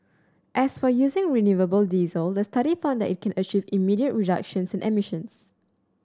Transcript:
as for using renewable diesel the study found that it can achieve immediate reductions in